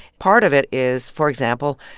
part of it is for example,